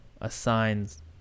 assigns